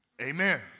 amen